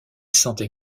sentait